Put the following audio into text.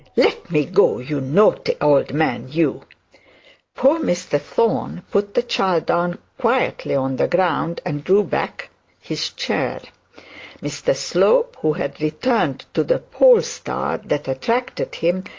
let me go, you naughty old man, you poor mr thorne put the child down quietly on the ground, and drew back his chair mr slope, who had returned to the pole star that attracted him,